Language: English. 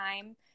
time